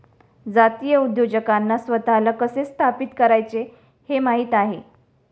जातीय उद्योजकांना स्वतःला कसे स्थापित करायचे हे माहित आहे